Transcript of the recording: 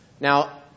Now